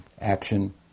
Action